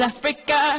Africa